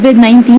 COVID-19